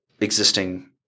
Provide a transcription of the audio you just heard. existing